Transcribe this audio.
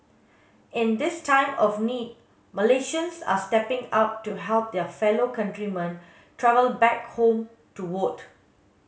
in this time of need Malaysians are stepping up to help their fellow countrymen travel back home to vote